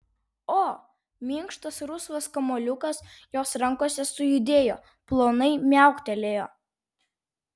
o minkštas rusvas kamuoliukas jos rankose sujudėjo plonai miauktelėjo